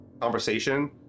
conversation